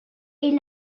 est